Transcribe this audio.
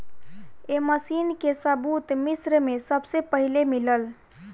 ए machine के सबूत मिस्र में सबसे पहिले मिलल